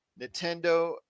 Nintendo